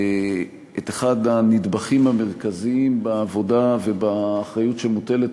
את אחד הנדבכים המרכזיים בעבודה ובאחריות שמוטלת